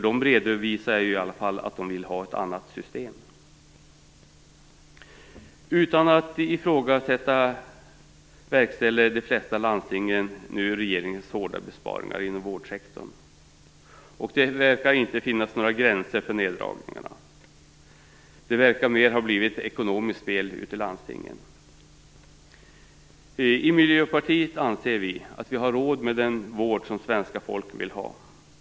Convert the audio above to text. Den redovisade i alla fall att den ville ha ett annat system. Utan att ifrågasätta verkställer de flesta landstingen nu regeringens hårda besparingar inom vårdsektorn, och det verkar inte finnas några gränser för neddragningarna. Det verkar mer ha blivit ett ekonomiskt spel ute i landstingen. I Miljöpartiet anser vi att vi har råd med den vård svenska folket vill ha.